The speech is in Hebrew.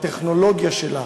בטכנולוגיה שלה,